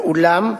ואולם,